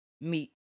meet